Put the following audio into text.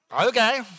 okay